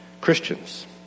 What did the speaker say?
Christians